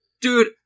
dude